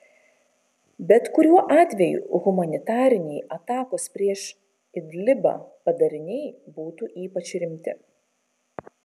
bet kuriuo atveju humanitariniai atakos prieš idlibą padariniai būtų ypač rimti